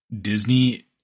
Disney